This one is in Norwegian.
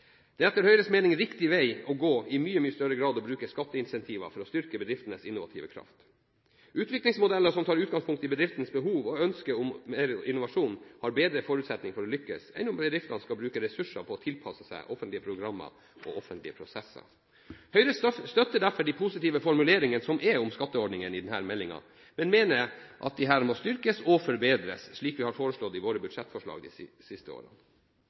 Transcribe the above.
kraft er etter Høyres mening i mye, mye større grad riktig vei å gå. Utviklingsmodeller som tar utgangspunkt i bedriftenes behov og ønsker om innovasjon, har bedre forutsetninger for å lykkes enn om bedriftene skal bruke ressurser på å tilpasse seg offentlige programmer og prosesser. Høyre støtter derfor de positive formuleringene om skatteordningene i denne meldingen, men mener at disse må styrkes og forbedres, slik vi har foreslått i våre budsjettforslag de siste årene.